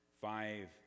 five